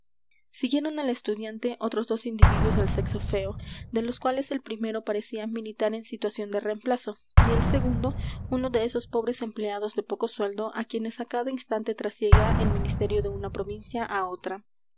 siguieron al estudiante otros dos individuos del sexo feo de los cuales el primero parecía militar en situación de reemplazo y el segundo uno de esos pobres empleados de poco sueldo á quienes á cada instante trasiega el ministerio de una provincia á otra